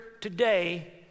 today